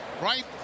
right